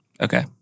okay